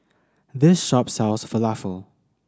this shop sells Falafel